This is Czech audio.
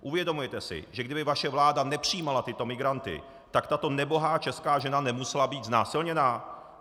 Uvědomujete si, že kdyby vaše vláda nepřijímala tyto migranty, tak tato nebohá česká žena nemusela být znásilněna?